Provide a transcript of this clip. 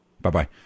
Bye-bye